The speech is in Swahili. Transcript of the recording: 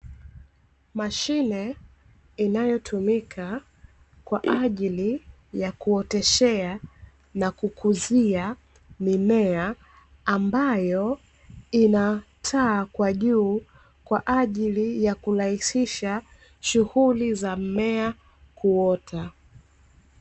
Mashine inayotumika kwa ajili ya kuoteshea na kukuzia mimea ambayo ina taa kwa juu, kwa ajili ya kurahisisha shughuli za mmea kuota.